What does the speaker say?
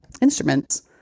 instruments